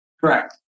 Correct